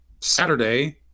Saturday